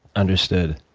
understood.